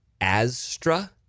Astra